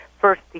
First